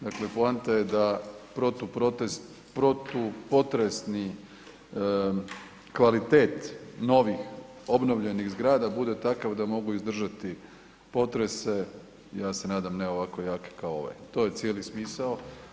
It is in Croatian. Dakle, poanta je u tome da protupotresni kvalitet novih obnovljenih zgrada bude takav da mogu izdržati potrese, ja se nadam ne ovako jake kao ovaj, to je cijeli smisao.